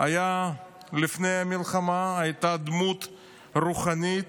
לפני המלחמה, הייתה דמות רוחנית,